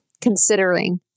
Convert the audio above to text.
considering